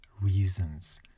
reasons